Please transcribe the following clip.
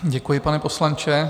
Děkuji, pane poslanče.